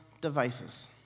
devices